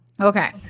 Okay